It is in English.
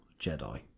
Jedi